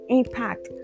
impact